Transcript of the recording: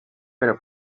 pero